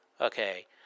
Okay